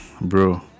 bro